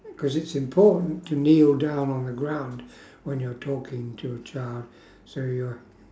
cause it's important to kneel down on the ground while you're talking to a child so you're